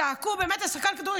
צעקו באמת על שחקן כדורגל,